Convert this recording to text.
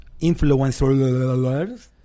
influencers